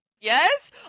Yes